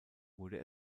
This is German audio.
wurde